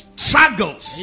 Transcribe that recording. struggles